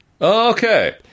Okay